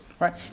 right